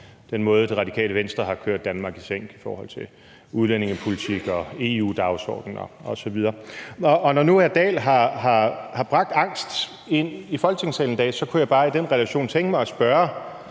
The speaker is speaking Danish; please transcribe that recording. den måde, som Radikale Venstre har kørt Danmark i sænk på i forhold til udlændingepolitik og EU-dagsordener osv. Og når nu hr. Dahl har bragt angst ind i Folketingssalen i dag, så kunne jeg bare i den forbindelse tænke mig at spørge,